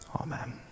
amen